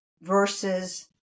versus